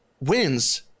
wins